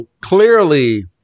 clearly